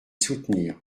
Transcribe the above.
soutenir